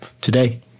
today